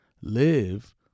live